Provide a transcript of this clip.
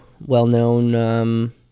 well-known